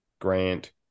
Grant